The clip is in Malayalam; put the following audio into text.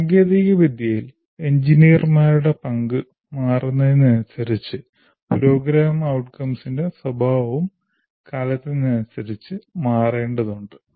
സാങ്കേതികവിദ്യയിൽ എഞ്ചിനീയർമാരുടെ പങ്ക് മാറുന്നതിനനുസരിച്ച് program outcomes ന്റെ സ്വഭാവവും കാലത്തിനനുസരിച്ച് മാറേണ്ടതുണ്ട്